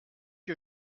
que